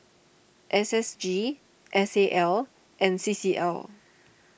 S S G S A L and C C L